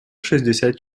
шестьдесят